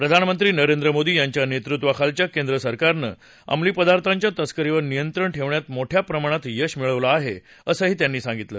प्रधानमंत्री नरेंद्र मोदी यांच्या नेचृत्वाखालच्या केंद्र सरकारनं अमली पदार्थांच्या तस्करीवर नियंत्रण ठेवण्यात मोठ्या प्रमाणात यश मिळवलं आहे असंही त्यांनी सांगितलं